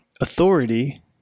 authority